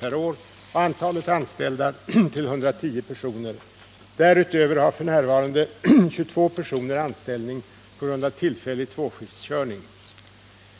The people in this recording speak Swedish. per år och antalet anställda till 110 personer. Därutöver har f. n. 22 personer anställning på grund av tillfällig tvåskiftskörning.